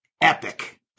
epic